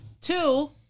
Two